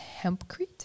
hempcrete